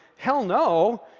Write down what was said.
hell no!